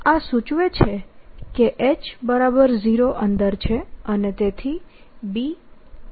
તો આ સૂચવે છે કે H0 છે